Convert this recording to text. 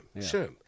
sure